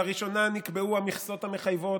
לראשונה נקבעו המכסות המחייבות,